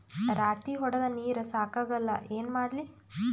ರಾಟಿ ಹೊಡದ ನೀರ ಸಾಕಾಗಲ್ಲ ಏನ ಮಾಡ್ಲಿ?